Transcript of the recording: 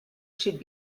should